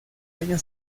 año